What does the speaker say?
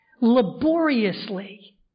laboriously